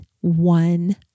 one